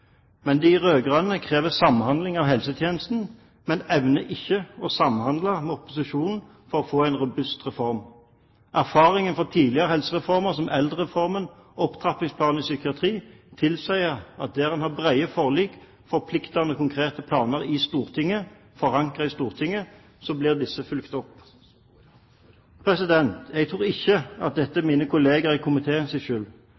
Men de rød-grønne krever samhandling av helsetjenesten, men evner ikke å samhandle med opposisjonen for å få en robust reform. Erfaringer fra tidligere helsereformer, som eldrereformen og opptrappingsplanen for psykiatri, tilsier at der en har brede forlik, forpliktende konkrete planer forankret i Stortinget, blir disse fulgt opp. Jeg tror ikke det er mine kollegaer i komiteen sin skyld.